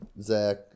Zach